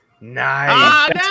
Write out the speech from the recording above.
Nice